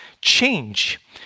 change